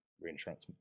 reinsurance